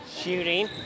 Shooting